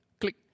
click